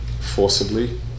forcibly